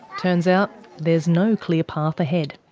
turns out, there's no clear path ahead.